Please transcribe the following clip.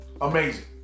amazing